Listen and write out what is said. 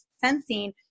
sensing